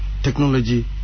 technology